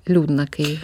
liūdna kai